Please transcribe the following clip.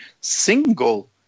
single